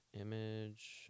Image